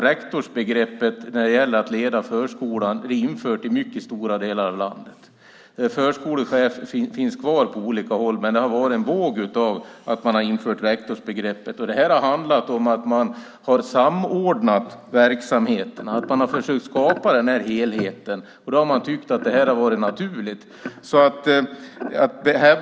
Rektorsbegreppet när det gäller att leda förskolan är dessutom infört i mycket stora delar av landet. Begreppet förskolechef finns kvar på olika håll, men det har varit en våg av införande av rektorsbegreppet. Det har handlat om att man har samordnat verksamheterna och försökt skapa en helhet. Då har man tyckt att det har varit naturligt.